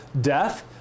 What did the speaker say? death